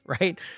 right